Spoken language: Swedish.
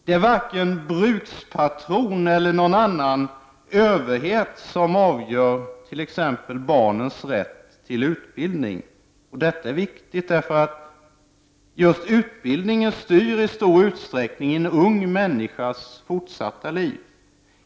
Det är varken brukspatron eller någon annan överhet som avgör t.ex. barnens rätt till utbildning. Detta är viktigt, därför att just utbildningen styr i stor utsträckning en ung människas fortsatta liv.